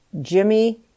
Jimmy